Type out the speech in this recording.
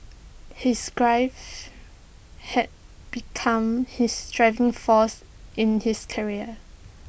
his grief had become his driving force in his career